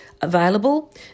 available